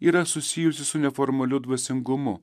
yra susijusi su neformaliu dvasingumu